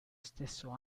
stesso